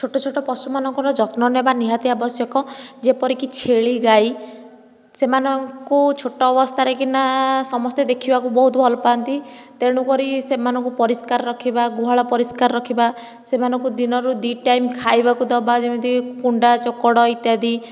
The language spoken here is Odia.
ଛୋଟ ଛୋଟ ପଶୁମାନଙ୍କର ଯତ୍ନ ନେବା ନିହାତି ଆବଶ୍ୟକ ଯେପରିକି ଛେଳି ଗାଈ ସେମାନଙ୍କୁ ଛୋଟ ଅବସ୍ଥାରେ କିନା ଦେଖିବାକୁ ବହୁତ ଭଲ ପାଆନ୍ତି ତେଣୁ କରି ସେମାନଙ୍କୁ ପରିଷ୍କାର ରଖିବା ଗୁହାଳ ପରିଷ୍କାର ରଖିବା ସେମାନଙ୍କୁ ଦିନରୁ ଦୁଇ ଟାଇମ ଖାଇବାକୁ ଦେବା ଯେମିତି କି କୁଣ୍ଡା ଚୋକଡ଼ ଇତ୍ୟାଦି